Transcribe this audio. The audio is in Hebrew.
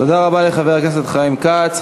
תודה רבה לחבר הכנסת חיים כץ.